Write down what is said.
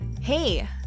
Hey